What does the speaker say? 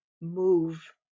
move